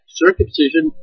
circumcision